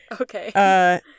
Okay